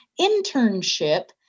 internship